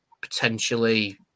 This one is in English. potentially